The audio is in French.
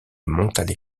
montalet